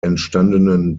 entstandenen